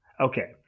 Okay